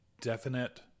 definite